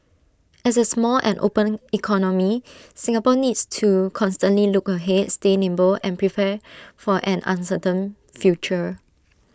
as A small and open economy Singapore needs to constantly look ahead stay nimble and prepare for an uncertain future